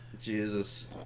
Jesus